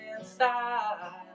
inside